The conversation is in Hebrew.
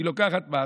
היא לוקחת מס,